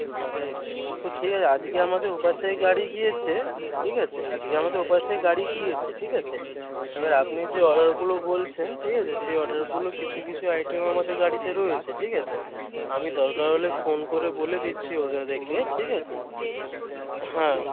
আচ্ছা তো ঠিক আছে আজকে আমাদের ওপাশেই গাড়ি গিয়েছে ঠিক আছে আজকে আমাদের ওপাশেই গাড়ি গিয়েছে ঠিক আছে এবার আপনি যে অর্ডারগুলো বলছেন ঠিক আছে সেই অর্ডারগুলো কিছু কিছু আইটেম আমাদের গাড়িতে রয়েছে ঠিক আছে আমি দরকার হলে ফোন করে বলে দিচ্ছি ওদেরকে ঠিক আছে হ্যাঁ